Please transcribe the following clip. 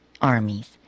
armies